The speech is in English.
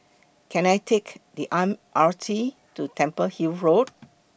Can I Take The M R T to Temple Hill Road